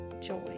joy